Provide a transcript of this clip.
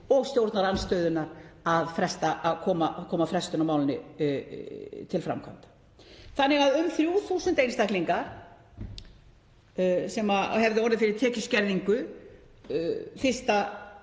og stjórnarandstöðunnar, að koma frestun á málinu til framkvæmda, þannig að um 3.000 einstaklingar sem hefðu orðið fyrir tekjuskerðingu 1.